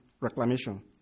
reclamation